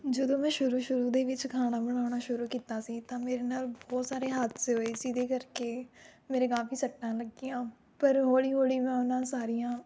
ਜਦੋਂ ਮੈਂ ਸ਼ੁਰੂ ਸ਼ੁਰੂ ਦੇ ਵਿੱਚ ਖਾਣਾ ਬਣਾਉਣਾ ਸ਼ੁਰੂ ਕੀਤਾ ਸੀ ਤਾਂ ਮੇਰੇ ਨਾਲ ਬਹੁਤ ਸਾਰੇ ਹਾਦਸੇ ਹੋਏ ਜਿਹਦੇ ਕਰਕੇ ਮੇਰੇ ਕਾਫ਼ੀ ਸੱਟਾਂ ਲੱਗੀਆਂ ਪਰ ਹੌਲੀ ਹੌਲੀ ਮੈਂ ਉਹਨਾਂ ਸਾਰੀਆਂ